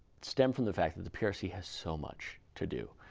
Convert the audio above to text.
stem from the fact that the prc has so much to do.